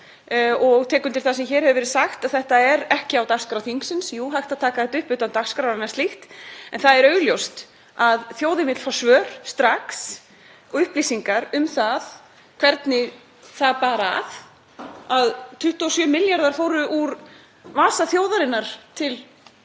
og tek undir það sem hér hefur verið sagt að þetta er ekki á dagskrá þingsins. Jú, hægt er að taka þetta upp utan dagskrár og slíkt en það er augljóst að þjóðin vill fá svör strax og upplýsingar um hvernig það bar að að 27 milljarðar fóru úr vasa þjóðarinnar til —